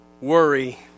worry